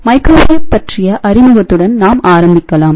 microwave பற்றிய அறிமுகத்துடன் நாம் ஆரம்பிக்கலாம்